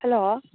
hello